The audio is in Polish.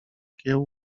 kieł